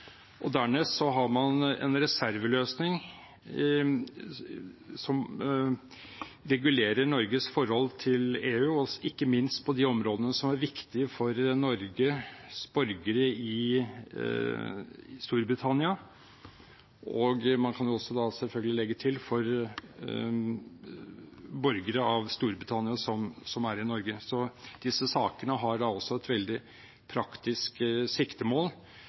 har man en reserveløsning som regulerer Norges forhold til EU, ikke minst på de områdene som er viktige for Norges borgere i Storbritannia, og, kan man selvfølgelig også legge til, for borgere av Storbritannia som er i Norge. Så disse sakene har altså et veldig praktisk siktemål,